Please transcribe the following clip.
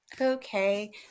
Okay